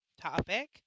topic